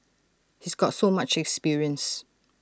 he's got so much experience